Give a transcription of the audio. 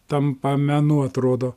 tampa menu atrodo